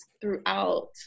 throughout